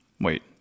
Wait